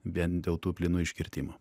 vien dėl tų plynų iškirtimų